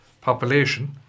Population